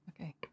Okay